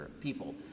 people